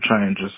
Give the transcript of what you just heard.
changes